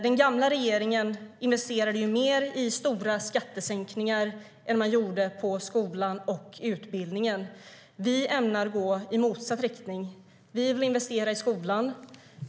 Den gamla regeringen investerade mer i stora skattesänkningar än i skola och utbildning. Vi ämnar gå i motsatt riktning. Vi vill investera i skolan.